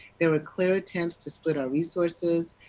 there were clear attempts to split our resources,